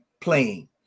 playing